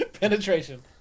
Penetration